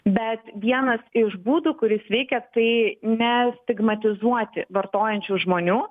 bet vienas iš būdų kuris veikia tai nestigmatizuoti vartojančių žmonių